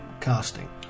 casting